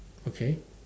okay